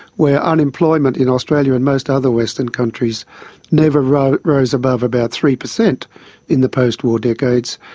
where unemployment in australia and most other western countries never rose rose above about three per cent in the post-war decades,